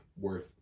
worth